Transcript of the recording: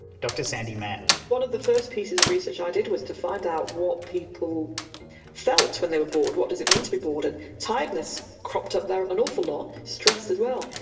sandi mann one of the first pieces of research i did was to find out what people felt when they were bored what does it mean to be bored. and tiredness cropped up there an awful lot. stress as well.